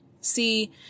See